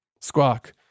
Squawk